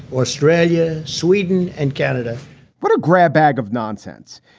australia, sweden and canada what a grab bag of nonsense.